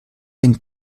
den